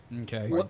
Okay